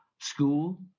school